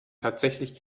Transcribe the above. tatsächlich